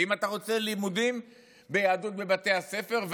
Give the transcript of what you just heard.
ואם אתה רוצה לימודים ביהדות בבתי הספר,